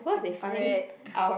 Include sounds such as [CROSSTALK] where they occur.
and bread [BREATH]